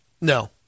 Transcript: No